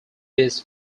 this